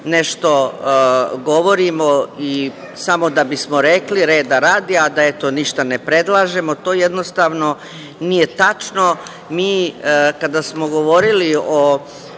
nešto govorimo samo da bismo rekli, reda radi, a da, eto, ništa ne predlažemo. To jednostavno nije tačno. Kada smo govorili o